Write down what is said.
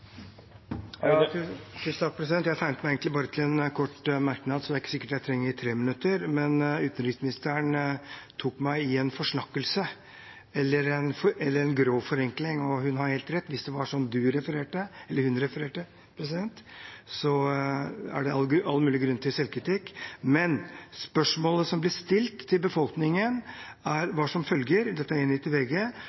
meg egentlig bare til en kort merknad, så det er ikke sikkert jeg trenger 3 minutter. Utenriksministeren tok meg i en forsnakkelse eller en grov forenkling, og hun har helt rett. Hvis det var slik hun refererte, er det all mulig grunn til selvkritikk. Men spørsmålet som blir stilt til befolkningen, var som følger – dette er